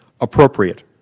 appropriate